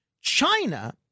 China